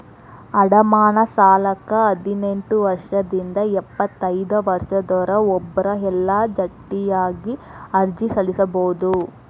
ಅಡಮಾನ ಸಾಲಕ್ಕ ಹದಿನೆಂಟ್ ವರ್ಷದಿಂದ ಎಪ್ಪತೈದ ವರ್ಷದೊರ ಒಬ್ರ ಇಲ್ಲಾ ಜಂಟಿಯಾಗಿ ಅರ್ಜಿ ಸಲ್ಲಸಬೋದು